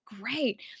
Great